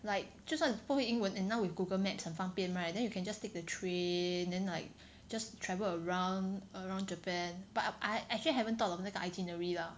like 就算不会英文 and now with Google maps 很方便 right then you can just take the train then like just travel around around Japan but I I actually haven't thought of 那个 itinerary lah